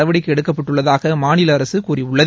நடவடிக்கை எடுக்கப்பட்டுள்ளதாக மரிநல அரசு கூறியுள்ளது